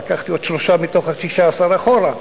אז לקחתי עוד שלושה מתוך ה-16 אחורה,